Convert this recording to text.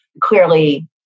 clearly